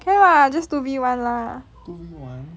can [what] just two V one lah